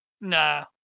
Nah